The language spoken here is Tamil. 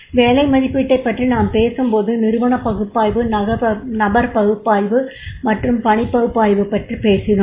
வேலை மதிப்பீட்டைப் பற்றி நாம் பேசும்போது நிறுவன பகுப்பாய்வு நபர் பகுப்பாய்வு மற்றும் பணி பகுப்பாய்வு பற்றியும் பேசினோம்